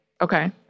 Okay